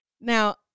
now